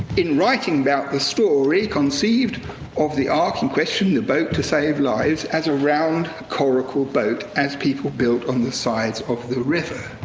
in writing about the story, conceived of the ark question, the boat to save lives, as a round coracle boat, as people built on the sides of the river.